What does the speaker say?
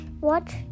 Watch